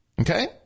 Okay